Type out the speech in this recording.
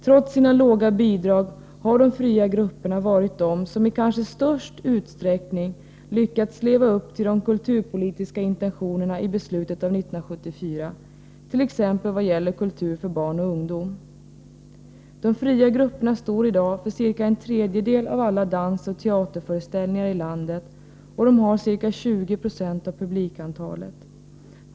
Trots sina låga bidrag har de fria grupperna varit de som i kanske störst utsträckning lyckats leva upp till de kulturpolitiska intentionerna i beslutet 1974,t.ex. när det gäller kultur för barn och ungdom. De fria grupperna står i dag för ca en tredjedel av alla dansoch teaterföreställningar i landet och har ca 20 20 av publiktillströmningen.